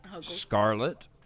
Scarlet